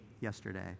yesterday